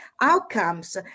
outcomes